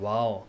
Wow